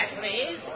please